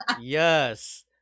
yes